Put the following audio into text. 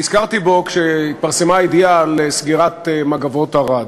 נזכרתי בו כשהתפרסמה הידיעה על סגירת "מגבות ערד".